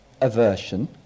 aversion